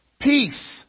peace